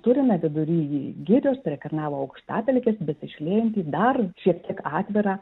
turime vidury girios prie kernavo aukštapelkės besišliejantį dar šiek tiek atvirą